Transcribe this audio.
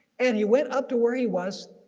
and he went up to where he was,